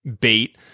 bait